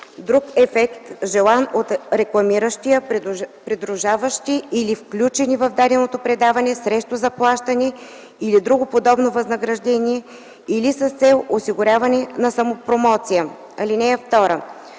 друг ефект, желан от рекламиращия, придружаващи или включени в дадено предаване срещу заплащане или друго подобно възнаграждение или с цел осигуряване на самопромоция. (2)